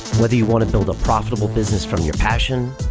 whether you wanna build a profitable business from your passion,